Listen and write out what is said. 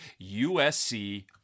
USC